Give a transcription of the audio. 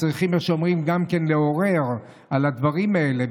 כמו שאומרים, צריכים לעורר על הדברים האלה.